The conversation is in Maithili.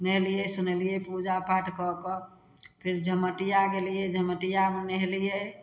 नहेलियै सुनेलियै पूजा पाठ कऽ कऽ फेर झमटिया गेलियै झमटियामे नहेलियै